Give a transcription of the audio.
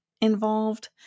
involved